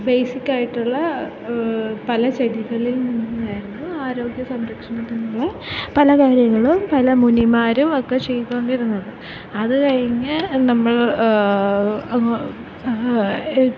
ബെയ്സിക്കായിട്ടുള്ള പല ചെടികളിൽ നിന്നായിരുന്നു ആരോഗ്യ സംരക്ഷണത്തിനുള്ള പല കാര്യങ്ങളും പല മുനിമാരും ഒക്കെ ചെയ്തു കൊണ്ടിരുന്നത് അത് കഴിഞ്ഞു നമ്മൾ അത്